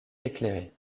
éclairée